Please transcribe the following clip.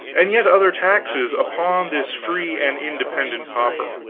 and yet other taxes upon this free and independent pauper,